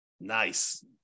Nice